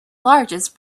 largest